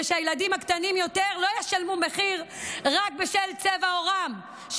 שהילדים הקטנים יותר לא ישלמו מחיר רק בשל צבע עורם,